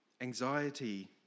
anxiety